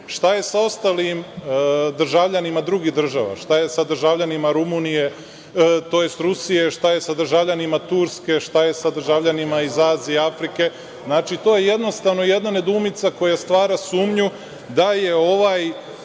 Šta je sa ostalim državljanima drugih država? Šta je sa državljanima Rusije? Šta je sa državljanima Turske? Šta je sa državljanima iz Azije, Afrike? To je jednostavno jedna nedoumica koja stvara sumnju da su ove